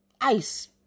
ice